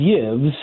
gives